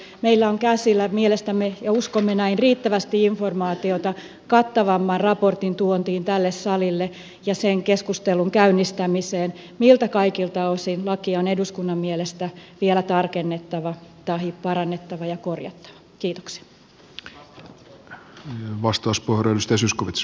silloin meillä on käsillä mielestämme ja uskomme näin riittävästi informaatiota kattavamman raportin tuontiin tälle salille ja sen keskustelun käynnistämiseen miltä kaikilta osin lakia on eduskunnan mielestä vielä tarkennettava tahi parannettava ja korjattava